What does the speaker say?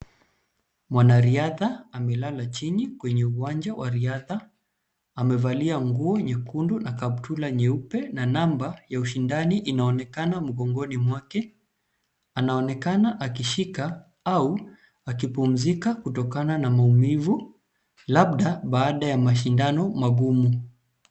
Mwanariadha amelala chini kwenye uwanja wa riadha. Amevalia nguo nyekundu na kaptura nyeupe na namba ya ushindani inaonekana mgongoni mwake. Anaonekana akishika au akipumzika kutokana na maumivu labda baada ya mashindano magumu.